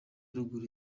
ruguru